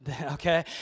okay